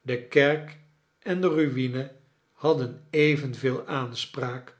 de kerk en de ru'ine hadden evenveel aanspraak